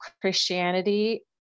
Christianity